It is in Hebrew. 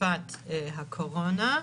בתקופת הקורונה,